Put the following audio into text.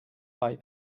vall